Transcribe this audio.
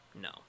no